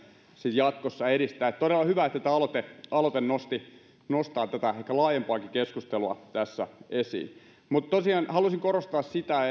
jatkossa edistää todella hyvä että tämä aloite nostaa tätä ehkä laajempaakin keskustelua esiin tosiaan halusin korostaa sitä